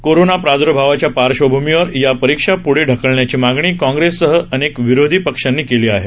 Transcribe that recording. corona प्रादुर्भावाच्या पार्श्वभूमीवर या परीक्षा प्ढे ढकलण्याची मागणी काँग्रेससह अनेक विरोधी पक्षांनी केली आहे